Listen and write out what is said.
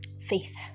faith